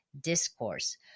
discourse